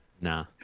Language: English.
Nah